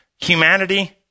Humanity